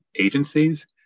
agencies